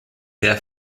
sehr